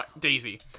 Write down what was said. Daisy